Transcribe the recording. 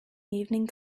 evening